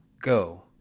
Go